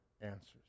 answers